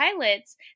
pilots